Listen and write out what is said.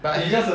but I